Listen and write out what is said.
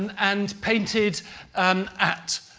and painted and at.